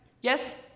Yes